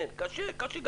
קשה.